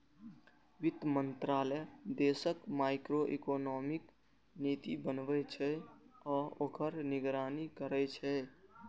वित्त मंत्रालय देशक मैक्रोइकोनॉमिक नीति बनबै छै आ ओकर निगरानी करै छै